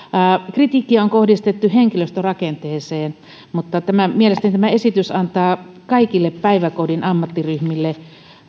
kritiikkiä on kohdistettu henkilöstörakenteeseen mutta mielestäni tämä esitys antaa kaikille päiväkodin ammattiryhmille